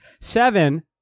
seven